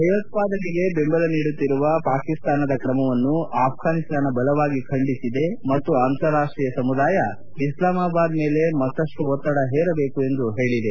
ಭಯೋತ್ಪಾದನೆಗೆ ಬೆಂಬಲ ನೀಡುತ್ತಿರುವ ಪಾಕಿಸ್ತಾನದ ಕ್ರಮವನ್ನು ಆಫ್ಫಾನಿಸ್ತಾನ ಬಲವಾಗಿ ಖಂಡಿಸಿದೆ ಮತ್ತು ಅಂತಾರಾಷ್ಟೀಯ ಸಮುದಾಯ ಇಸ್ಲಾಮಾಬಾದ್ ಮೇಲೆ ಇನ್ನಷ್ಟು ಒತ್ತಡ ಹೇರಬೇಕು ಎಂದು ಹೇಳಿದೆ